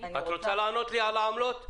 את רוצה לענות לי על העמלות?